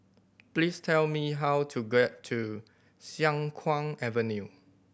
please tell me how to get to Siang Kuang Avenue